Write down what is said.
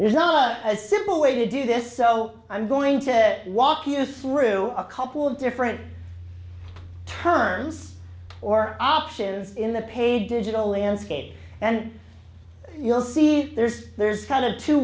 there's not a simple way to do this so i'm going to walk you through a couple of different terms or options in the pay digital landscape and you'll see there's there's kind of two